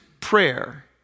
prayer